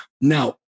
Now